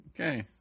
Okay